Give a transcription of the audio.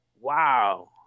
Wow